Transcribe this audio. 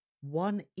one